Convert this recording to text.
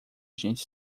gente